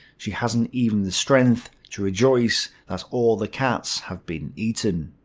she hasn't even the strength to rejoice that all the cats have been eaten.